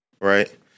right